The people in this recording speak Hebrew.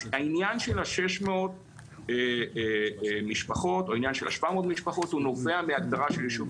אז העניין של ה-700 או ה-600 משפחות נובע מהעניין של ישוב